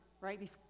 right